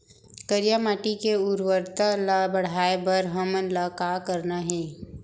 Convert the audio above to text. करिया माटी के उर्वरता ला बढ़ाए बर हमन ला का करना हे?